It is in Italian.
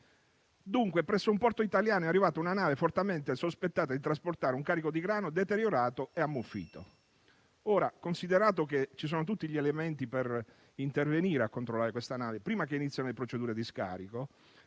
Dunque presso un porto italiano è arrivata una nave fortemente sospettata di trasportare un carico di grano deteriorato e ammuffito. Ora, considerato che ci sono tutti gli elementi per intervenire e controllare detta nave prima che inizino le procedure di scarico;